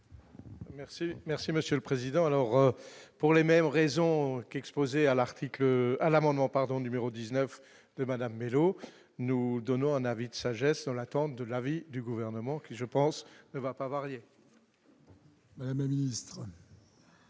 merci Monsieur le Président, alors pour les mêmes raisons, qu'à l'article à l'amendement pardon numéro 19 de Madame Mellow nous donnons un avis de sagesse dans l'attente de l'avis du gouvernement, qui je pense ne va pas varié. Madame ministre.